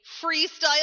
freestyle